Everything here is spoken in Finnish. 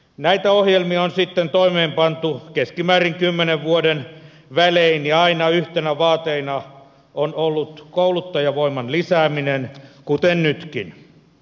näitä ohjelmia on sitten toimeenpantu keskimäärin kymmenen vuoden välein ja aina yhtenä vaateena on ollut kouluttajavoiman lisääminen kuten nytkin